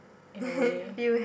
in a way